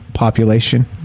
population